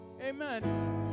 amen